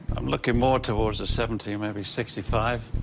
i'm looking more towards the seventy, maybe sixty five.